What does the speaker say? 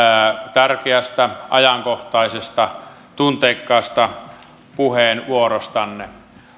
tärkeästä ajankohtaisesta ja tunteikkaasta puheenvuorostanne